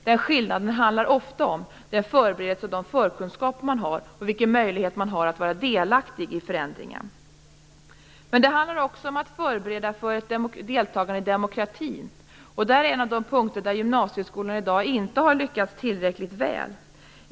Denna skillnad handlar ofta om den förberedelse och de förkunskaper man har och om vilken möjlighet man har att vara delaktig i förändringen. Men detta handlar också om att förbereda för ett deltagande i demokratin. Det är en av de punkter där gymnasieskolan i dag inte har lyckats tillräckligt väl.